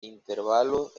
intervalos